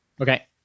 Okay